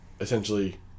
essentially